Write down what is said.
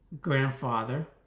grandfather